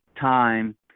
time